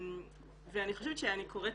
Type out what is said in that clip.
ואני חושבת שאני קוראת